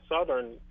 southern